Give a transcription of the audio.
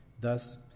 Thus